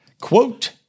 Quote